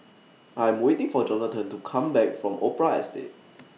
I Am waiting For Johnathan to Come Back from Opera Estate